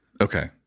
Okay